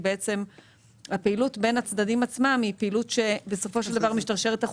בעצם הפעילות בין הצדדים עצמם בסופו של דבר משתרשרת החוצה.